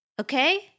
okay